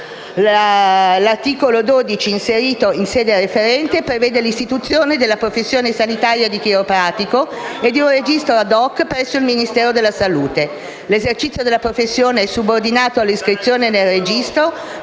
L'articolo 12, inserito in sede referente, prevede l'istituzione della professione sanitaria di chiropratico e di un registro *ad hoc* presso il Ministero della salute. L'esercizio della professione è subordinato all'iscrizione nel registro,